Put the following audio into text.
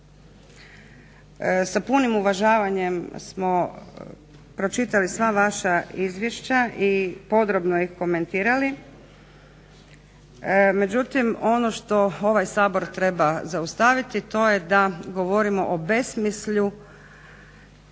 s punim uvažavanjem smo pročitali sva vaša izvješća i podrobno ih komentirali, međutim, ono što ovaj Sabor treba zaustaviti to je da govorimo o besmišlju